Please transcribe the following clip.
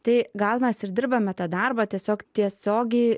tai gal mes ir dirbame tą darbą tiesiog tiesiogiai